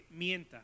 mienta